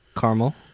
Caramel